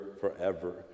forever